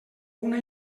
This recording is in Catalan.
una